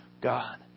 God